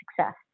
success